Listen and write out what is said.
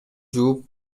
жууп